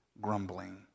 grumbling